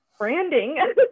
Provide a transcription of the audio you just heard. Branding